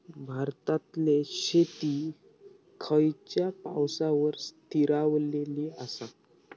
भारतातले शेती खयच्या पावसावर स्थिरावलेली आसा?